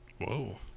Whoa